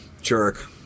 jerk